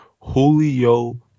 Julio